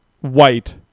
white